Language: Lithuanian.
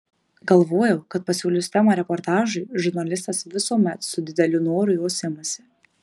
galvojau kad pasiūlius temą reportažui žurnalistas visuomet su dideliu noru jos imasi